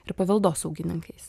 ir paveldosaugininkais